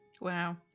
Wow